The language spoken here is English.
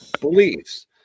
Beliefs